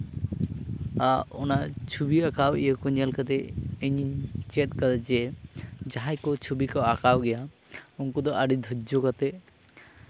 ᱚᱱᱟ ᱪᱷᱚᱵᱤ ᱟᱸᱠᱟᱣ ᱤᱭᱟᱹ ᱠᱚ ᱧᱮᱞ ᱠᱟᱛᱮᱜ ᱤᱧᱤᱧ ᱪᱮᱫ ᱟᱠᱟᱫᱟ ᱡᱮ ᱡᱟᱦᱟᱸᱭ ᱠᱚ ᱪᱷᱚᱵᱤ ᱠᱚ ᱟᱸᱠᱟᱣ ᱜᱮᱭᱟ ᱩᱱᱠᱩ ᱫᱚ ᱟᱹᱰᱤ ᱫᱷᱳᱨᱡᱚ ᱠᱟᱛᱮᱜ